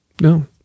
No